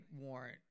warrant